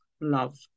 love